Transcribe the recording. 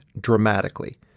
dramatically